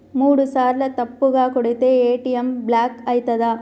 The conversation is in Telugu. మూడుసార్ల తప్పుగా కొడితే ఏ.టి.ఎమ్ బ్లాక్ ఐతదా?